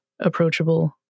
approachable